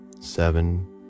Seven